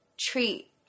treat